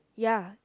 ya